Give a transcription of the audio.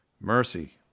mercy